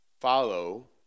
follow